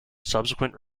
subsequent